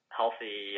healthy